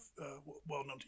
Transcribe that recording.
well-known